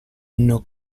nos